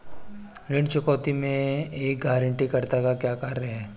ऋण चुकौती में एक गारंटीकर्ता का क्या कार्य है?